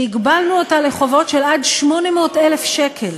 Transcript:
שהגבלנו אותה לחובות של עד 800,000 שקל.